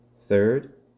Third